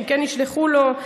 האם כן ישלחו לו.